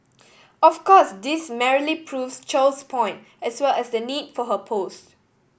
of course this merely proves Chow's point as well as the need for her post